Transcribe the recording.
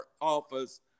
office